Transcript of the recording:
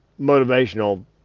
motivational